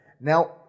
Now